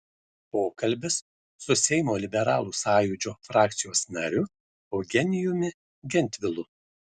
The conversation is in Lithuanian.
pokalbis su seimo liberalų sąjūdžio frakcijos nariu eugenijumi gentvilu